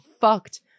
fucked